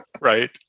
Right